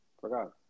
Forgot